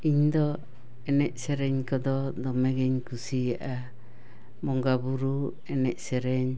ᱤᱧ ᱫᱚ ᱮᱱᱮᱡ ᱥᱮᱨᱮᱧ ᱠᱚᱫᱚ ᱫᱚᱢᱮ ᱜᱮᱧ ᱠᱩᱥᱤᱭᱟᱜᱼᱟ ᱵᱚᱸᱜᱟ ᱵᱩᱨᱩ ᱮᱱᱮᱡ ᱥᱮᱨᱮᱧ